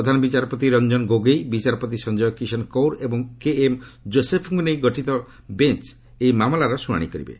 ପ୍ରଧାନ ବିଚାରପତି ରଞ୍ଜନ ଗୋଗୋଇ ବିଚାରପତି ସଞ୍ଜୟ କିଶନ୍ କୌର୍ ଏବଂ କେ ଏମ୍ ଯୋଶେଫ୍ଙ୍କୁ ନେଇ ଗଠିତ ବେଞ୍ ଏହି ମାମଲାର ଶୁଣାଣି କରିବେ